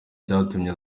cyatumye